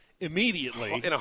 Immediately